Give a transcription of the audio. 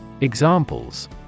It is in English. Examples